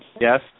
Yes